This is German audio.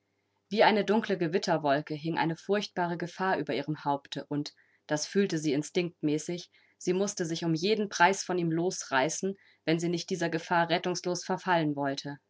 wie eine dunkle gewitterwolke hing eine furchtbare gefahr über ihrem haupte und das fühlte sie instinktmäßig sie mußte sich um jeden preis von ihm losreißen wenn sie nicht dieser gefahr rettungslos verfallen wollte